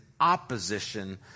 opposition